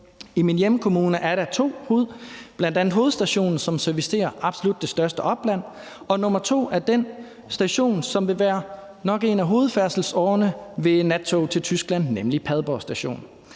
I min hjemkommune er der to stationer, bl.a. hovedstationen, som servicerer det absolut største opland, og den anden station er den station, som nok vil være på en af hovedfærdselsårerne ved et nattog til Tyskland, nemlig Padborg Station.